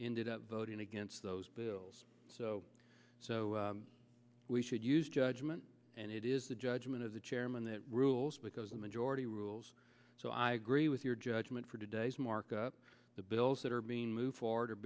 indeed up voting against those bills so so we should use judgment and it is the judgment of the chairman that rules because a majority rules so i agree with your judgment for today's markup the bills that are being moved forward